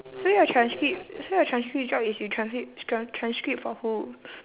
so your transcript so your transcript job is you transcript transcript for who